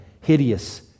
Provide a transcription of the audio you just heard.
hideous